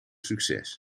succes